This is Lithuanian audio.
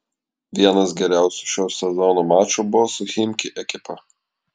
vienas geriausių šio sezono mačų buvo su chimki ekipa